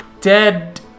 dead